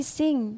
sing